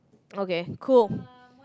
okay cool